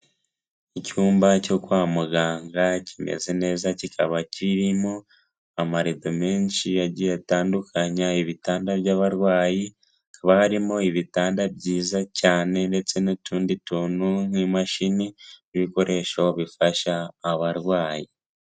Icyumba cyo kwa muganga kimeze neza, kikaba kirimo amarido menshi agiye atandukanya. ibitanda by'abarwayi, hakaba harimo ibitanda byiza cyane, ndetse n'utundi tuntu nk'imashini, n'ibikoresho bifasha abarwayi.